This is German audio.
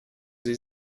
sie